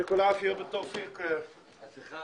הישיבה